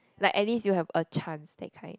like at least you have a chance that kind